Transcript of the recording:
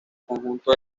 conjunto